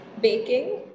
Baking